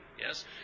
Yes